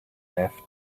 left